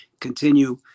continue